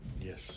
Yes